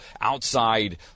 outside